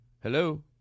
Hello